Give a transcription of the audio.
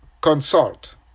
consult